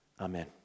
Amen